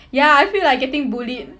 ya I feel like getting bullied